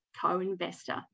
co-investor